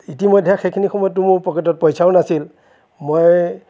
ইতিমধ্যে সেইখিনি সময়তটো মোৰ পকেটত পইচাও নাছিল মই